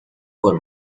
por